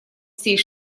всей